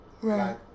Right